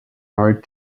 married